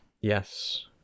Yes